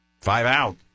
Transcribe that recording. five-out